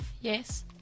yes